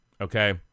Okay